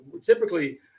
typically